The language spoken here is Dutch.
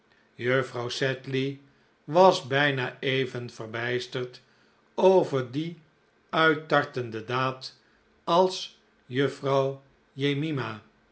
juffrouw sedley was bijna even verbijsterd over die uittartende daad als juffrouw jemima